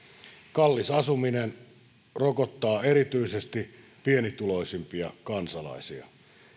kallis asuminen rokottaa erityisesti pienituloisimpia kansalaisia